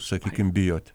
sakykim bijoti